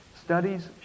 Studies